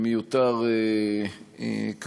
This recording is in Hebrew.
מיותר לומר, כמובן,